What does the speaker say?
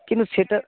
কিন্তু সেটা